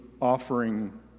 offering